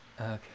Okay